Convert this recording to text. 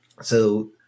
So-